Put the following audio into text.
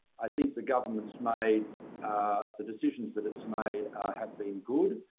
i think the government's made the decisions that it's made have been good.